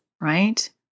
Right